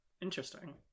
Interesting